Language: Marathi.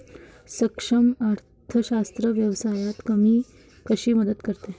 सूक्ष्म अर्थशास्त्र व्यवसायात कशी मदत करते?